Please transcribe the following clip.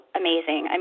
amazing